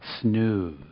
snooze